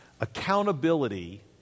Accountability